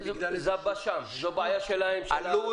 ועדת המכסות תקבע לבעל מכסה תוספת של 1 אחוז מהמכסה